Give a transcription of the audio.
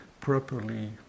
properly